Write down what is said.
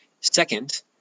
Second